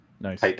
Nice